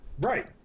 right